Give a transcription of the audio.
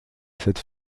cette